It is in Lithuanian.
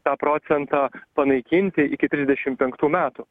tą procentą panaikinti iki trisdešim penktų metų